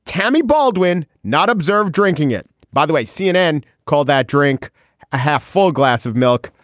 tammy baldwin not observed drinking it. by the way, cnn called that drink a half full glass of milk.